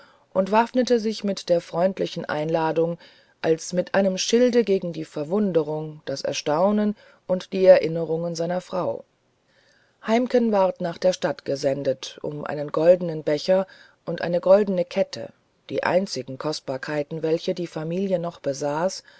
und waffnete sich mit der freundlichen einladung als mit einem schilde gegen die verwunderung das erstaunen und die erinnerungen seiner frau heimken ward nach der stadt gesendet um einen goldnen becher und eine goldne kette die einzigen kostbarkeiten welche die familie noch besaß